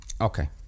Okay